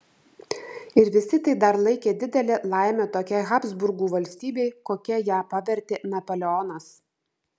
ir visi tai dar laikė didele laime tokiai habsburgų valstybei kokia ją pavertė napoleonas